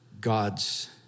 God's